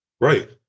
Right